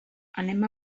anem